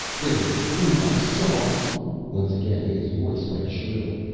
there were things i saw once again his voice went shrill.